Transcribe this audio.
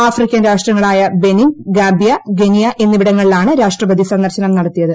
African രാഷ്ട്രങ്ങളായ Benin Gambia Guinea എന്നിവിടങ്ങളിലാണ് രാഷ്ട്രപതി സന്ദർശനം നടത്തിയത്